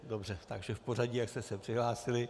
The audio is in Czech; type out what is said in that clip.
Dobře, takže v pořadí, jak jste se přihlásili.